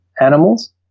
animals